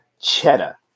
cheddar